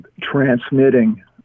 transmitting